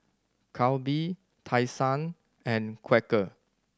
Calbee Tai Sun and Quaker